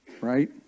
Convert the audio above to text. Right